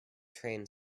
train